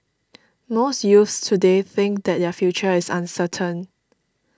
most youths today think that their future is uncertain